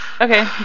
Okay